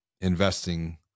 investing